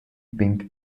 pink